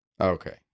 Okay